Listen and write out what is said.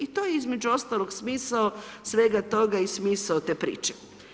I to je između ostalog smisao svega toga i smisao te priče.